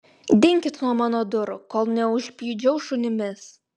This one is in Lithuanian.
dinkit nuo mano durų kol neužpjudžiau šunimis